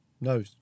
No